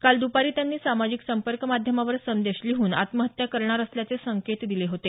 काल दुपारी त्यांनी सामाजिक संपर्क माध्यमावर संदेश लिहून आत्महत्या करणार असल्याचे संकेत दिले होते